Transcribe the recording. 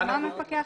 מפסח.